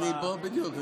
בדיוק.